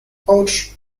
ouch